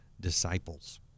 disciples